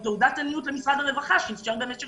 זו תעודת עניות למשרד הרווחה שאפשר במשך